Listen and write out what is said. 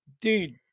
dude